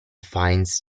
finds